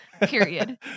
Period